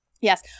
Yes